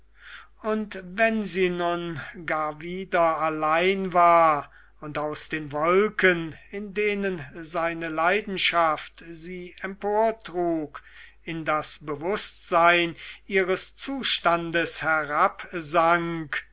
und wenn sie nun gar wieder allein war und aus den wolken in denen seine leidenschaft sie emportrug in das be wußtsein ihres zustandes